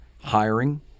hiring